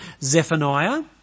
Zephaniah